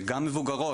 גם אצל מבוגרות,